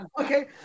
Okay